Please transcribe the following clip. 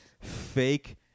fake